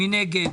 מי נגד?